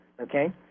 okay